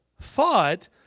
thought